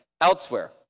elsewhere